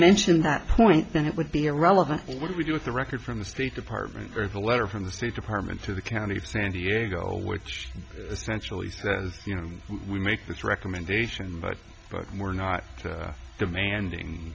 mention that point then it would be irrelevant what we do with the record from the state department or the letter from the state department to the county of san diego which essentially says you know we make this recommendation but but we're not demanding